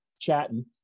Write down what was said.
chatting